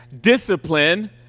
discipline